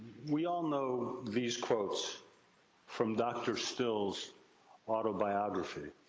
we all know these quotes from dr. still's autobiography.